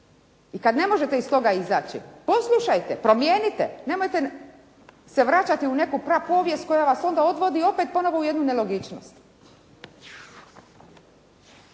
i kad ne možete iz toga izaći poslušajte, promijenite, nemojte se vraćati u neku prapovijest koja vas onda odvodi opet ponovo u jednu nelogičnost.